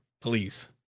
Please